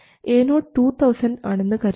Ao 2000 ആണെന്ന് കരുതുക